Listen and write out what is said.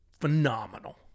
Phenomenal